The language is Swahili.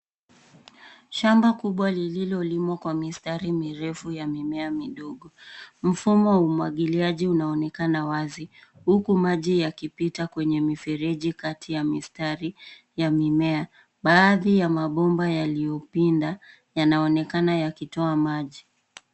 Shamba kubwa lililolimwa kwa mistari mirefu ya mimea midogo. Mfumo wa umwagiliaji unaonekana wazi, huku maji yakipita kwenye mifereji kati ya mistari ya mimea. Baadhi ya mabomba yaliyopinda yanaonekana yakitoa maji.